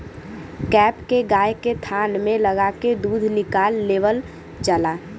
cap के गाय के थान में लगा के दूध निकाल लेवल जाला